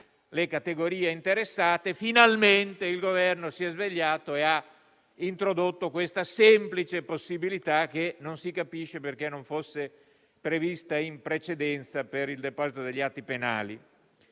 le categorie interessate, e finalmente il Governo si è svegliato e ha introdotto questa semplice possibilità, che non si capisce perché non fosse prevista in precedenza, per il deposito degli atti penali.